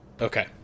Okay